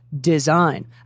design